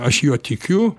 aš juo tikiu